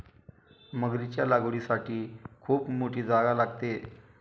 मगरीच्या लागवडीसाठी खूप मोठी जागा लागते